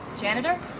Janitor